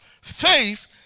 Faith